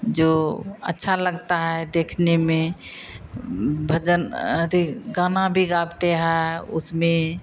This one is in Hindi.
जो अच्छा लगता है देखने में भजन अथी गाना भी गाते हैं उसमें